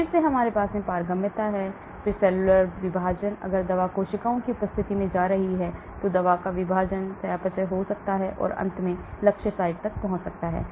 फिर से हमारे पास पारगम्यता है फिर सेलुलर विभाजन अगर दवा कोशिकाओं की उपस्थिति में जा रही है तो दवा का विभाजन चयापचय हो रहा हो सकता है और अंत में लक्ष्य साइट तक पहुंच सकता है